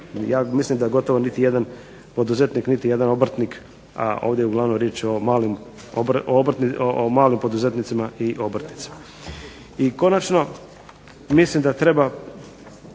Ja mislim da gotovo niti jedan poduzetnik, niti jedan obrtnik, a ovdje je uglavnom riječ o malim poduzetnicima i obrtnicima. I konačno, mislim da treba